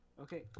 Okay